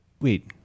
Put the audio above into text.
Wait